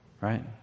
right